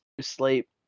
sleep